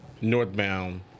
northbound